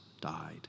died